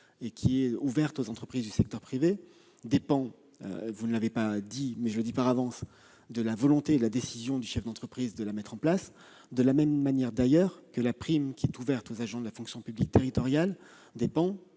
et qui est ouverte aux entreprises du secteur privé, dépend- vous ne l'avez pas dit, mais je le précise -de la volonté et de la décision du chef d'entreprise, de la même manière d'ailleurs que la prime qui est ouverte aux agents de la fonction publique territoriale dépend,